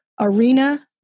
arena